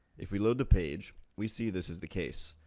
if we load the page, we see this is the case,